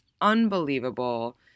unbelievable